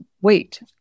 wait